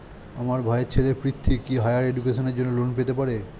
আমার ভাইয়ের ছেলে পৃথ্বী, কি হাইয়ার এডুকেশনের জন্য লোন পেতে পারে?